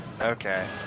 Okay